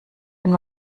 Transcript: wenn